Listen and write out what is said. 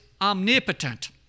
omnipotent